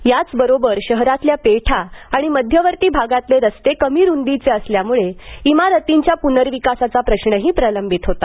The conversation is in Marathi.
त्याचबरोबर शहरातल्या पेठा आणि मध्यवर्ती भागातले रस्ते कमी रुंदीचे असल्यामुळे चिारतींच्या पुनर्विकासाचा प्रश्रही प्रलंबित होता